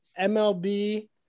MLB